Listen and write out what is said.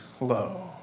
low